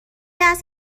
است